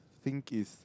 sink is